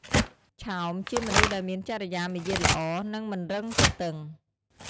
ឆោម ជាមនុស្សដែលមានចរិយាមាយាទល្អ និងមិនរឹងទទឹង។